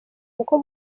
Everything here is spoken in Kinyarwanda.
kuko